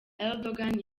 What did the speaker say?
erdogan